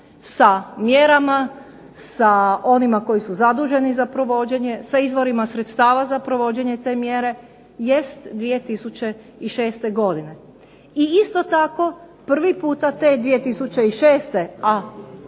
sa mjerama, sa onima koji su zaduženi za provođenje, sa izvorima sredstava za provođenje te mjere jest 2006. godine. I isto tako, prvi puta te 2006. a